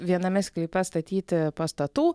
viename sklype statyti pastatų